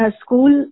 school